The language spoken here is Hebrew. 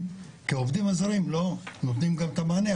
כי העובדים הזרים לא נותנים גם את המענה,